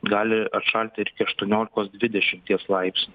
gali atšalti ir iki aštuoniolikos dvidešimties laipsnių